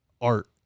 art